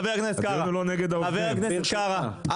חבר הכנסת קארה.